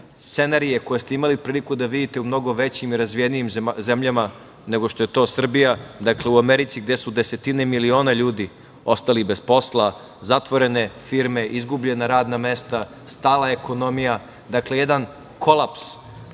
scenarije, koje ste imali priliku da vidite u mnogo većim razvijenijim zemljama, nego što je to Srbija. Dakle, u Americi gde su desetine miliona ljudi ostali bez posla, zatvorene firme, izgubljena radna mesta, stala ekonomija, jedan kolaps